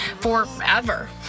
forever